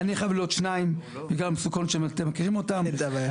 אין הרתעה.